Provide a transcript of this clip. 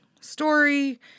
story